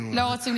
נו,